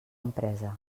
empresa